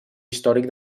històric